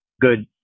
good